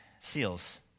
seals